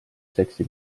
seksi